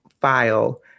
file